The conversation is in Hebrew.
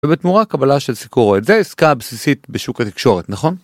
ובתמורה קבלה של סיקורו את זה עסקה בסיסית בשוק התקשורת נכון.